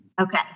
Okay